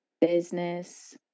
business